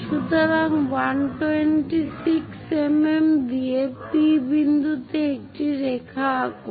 সুতরাং 126 mm দিয়ে P বিন্দুতে রেখা আঁকুন